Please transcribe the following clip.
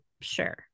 Sure